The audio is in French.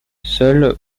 seul